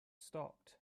stopped